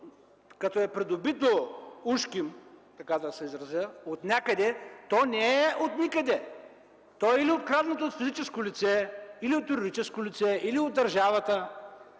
като е придобито ужким, така да се изразя, отнякъде, то не е отникъде – то е или откраднато от физическо лице, или от юридическо лице, или от държавата,